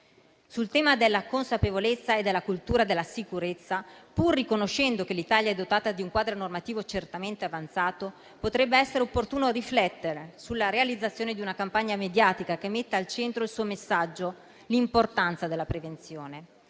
Sul tema della consapevolezza e della cultura della sicurezza, pur riconoscendo che l'Italia è dotata di un quadro normativo certamente avanzato, potrebbe essere opportuno riflettere sulla realizzazione di una campagna mediatica che metta al centro del suo messaggio l'importanza della prevenzione.